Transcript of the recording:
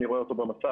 אני רואה אותו במסך.